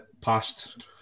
past